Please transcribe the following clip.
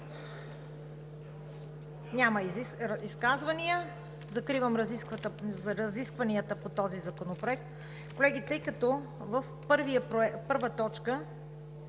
Няма изказвания. Закривам разискванията по този законопроект. Колеги, тъй като в първа точка: